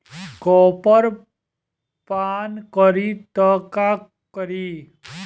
Copper पान करी त का करी?